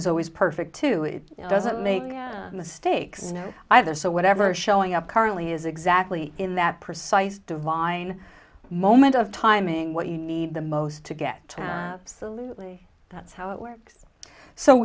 is always perfect too it doesn't make mistakes no either so whatever showing up currently is exactly in that precise divine moment of timing what you need the most to get saluted that's how it works so